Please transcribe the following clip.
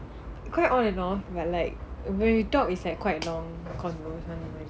quite on and off but like when we talk it's like quite long conversations [one]